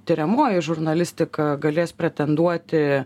tiriamoji žurnalistika galės pretenduoti